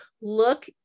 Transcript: Look